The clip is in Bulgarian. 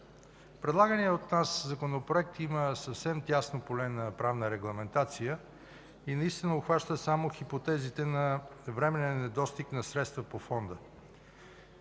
Предлаганият от нас Законопроект има съвсем тясно поле на правна регламентация и наистина обхваща само хипотезите на временен недостиг на средства по Фонда.